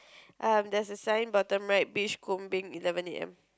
um there's a sign bottom right beach eleven A_M